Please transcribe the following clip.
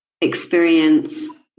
experience